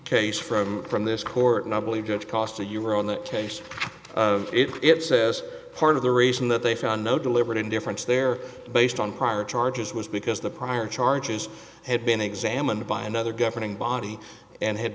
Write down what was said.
case from from this court and i believe judge costa you're on the case it says part of the reason that they found no deliberate indifference there based on prior charges was because the prior charges had been examined by another governing body and had